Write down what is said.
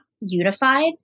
unified